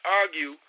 argue